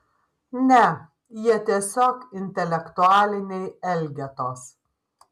ne jie tiesiog intelektualiniai elgetos